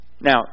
Now